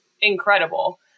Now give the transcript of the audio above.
incredible